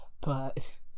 but-